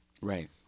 Right